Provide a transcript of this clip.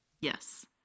Yes